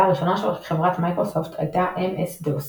הראשונה של חברת מיקרוסופט הייתה MS-DOS